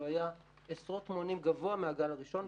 שהיה עשרות מונים גבוה מהגל הראשון,